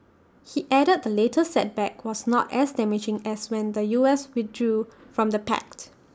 he added the latest setback was not as damaging as when the U S withdrew from the pact